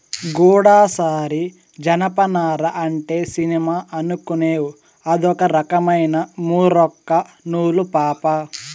గూడసారి జనపనార అంటే సినిమా అనుకునేవ్ అదొక రకమైన మూరొక్క నూలు పాపా